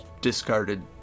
discarded